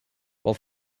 while